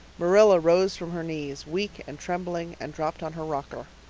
marilla rose from her knees, weak and trembling, and dropped on her rocker.